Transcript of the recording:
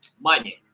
money